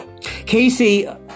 Casey